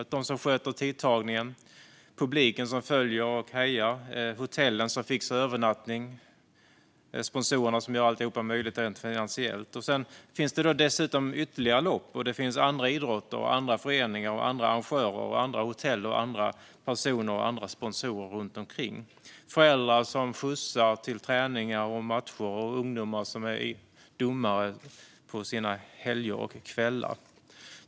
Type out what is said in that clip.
Det är de som sköter tidtagningen. Det är publiken, som följer och hejar. Det är hotellen som fixar övernattning. Det är sponsorerna som gör det hela möjligt rent finansiellt. Dessutom finns det ytterligare lopp. Det finns andra idrotter, andra föreningar, andra arrangörer, andra hotell, andra personer och andra sponsorer runt omkring. Det är föräldrar som skjutsar till träningar och matcher och ungdomar som är domare på helger och kvällar.